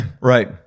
Right